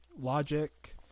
Logic